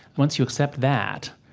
once you accept that,